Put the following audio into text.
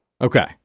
Okay